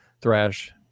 thrash